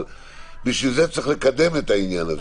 אבל בשביל זה צריך לקדם את העניין הזה.